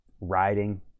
riding